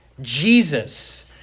Jesus